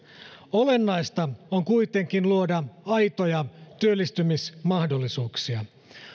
olennaista on kuitenkin luoda aitoja työllistymismahdollisuuksia